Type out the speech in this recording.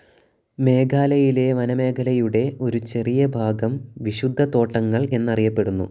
മേഘാലയിലെ വനമേഖലയുടെ ഒരു ചെറിയ ഭാഗം വിശുദ്ധ തോട്ടങ്ങൾ എന്നറിയപ്പെടുന്നു